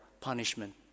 punishment